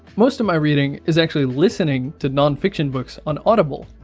most of my reading is actually listening to non-fiction books on audible.